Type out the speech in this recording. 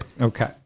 Okay